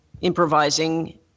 improvising